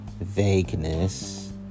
vagueness